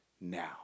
now